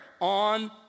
On